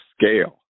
scale